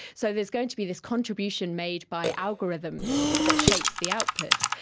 so there's going to be this contribution made by algorithms that shape the output.